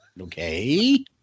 okay